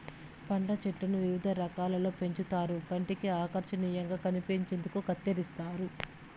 పండ్ల చెట్లను వివిధ ఆకారాలలో పెంచుతారు కంటికి ఆకర్శనీయంగా కనిపించేందుకు కత్తిరిస్తారు